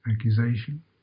accusation